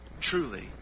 truly